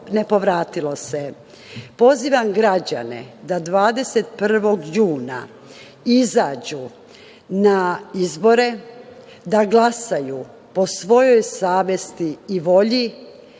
ne povratilo se. Pozivam građane da 21. juna izađu na izbore, da glasaju po svojoj savesti i volji.